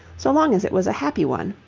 so long as it was a happy one.